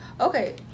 okay